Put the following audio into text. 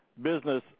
Business